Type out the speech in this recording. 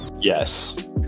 Yes